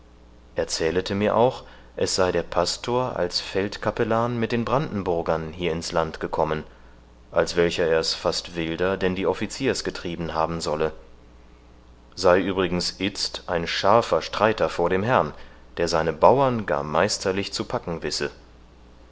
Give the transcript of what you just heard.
erzählete mir auch es sei der pastor als feldcapellan mit den brandenburgern hier ins land gekommen als welcher er's fast wilder denn die offiziers getrieben haben solle sei übrigens itzt ein scharfer streiter vor dem herrn der seine bauern gar meisterlich zu packen wisse